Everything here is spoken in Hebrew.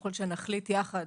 ככל שנחליט יחד